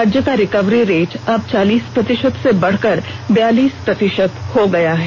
राज्य का recovery rate अब चालीस प्रतिशत से बढ़कर बयालीस प्रतिशत हो गया है